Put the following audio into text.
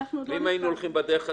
ואם היינו הולכים בדרך הזאת,